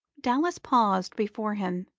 dallas paused before him,